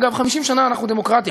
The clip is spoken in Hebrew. אגב, 50 שנה אנחנו דמוקרטיה.